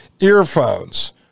earphones